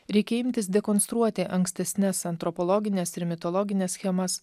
reikia imtis dekonstruoti ankstesnes antropologines ir mitologines schemas